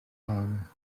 gehangen